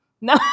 No